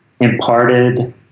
imparted